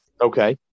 Okay